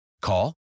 Call